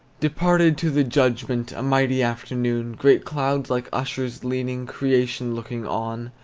departed to the judgment, a mighty afternoon great clouds like ushers leaning, creation looking on.